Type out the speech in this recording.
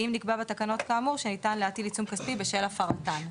אם נקבע בתקנות כאמור שניתן להטיל עיצום כספי בשל הפרתן".